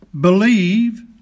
believe